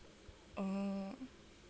oh